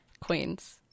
queens